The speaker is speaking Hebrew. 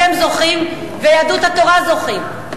אתם זוכים ויהדות התורה זוכים.